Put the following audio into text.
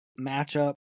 matchup